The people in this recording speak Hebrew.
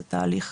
זה תהליך